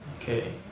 Okay